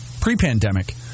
pre-pandemic